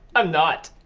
i'm not!